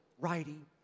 writing